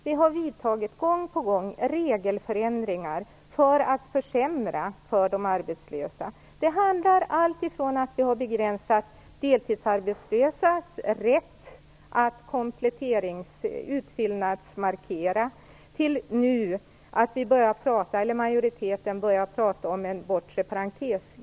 Man har gång på gång företagit regelförändringar för att försämra för de arbetslösa, alltifrån att man har begränsat deltidsarbetslösas rätt att utfyllnadsmarkera till att man nu börjar prata om en bortre parentes.